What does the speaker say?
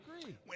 agree